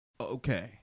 okay